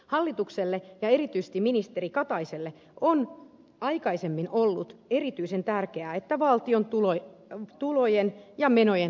hallitukselle ja erityisesti ministeri kataiselle on aikaisemmin ollut erityisen tärkeää että valtion tulojen ja menojen tasapaino säilyy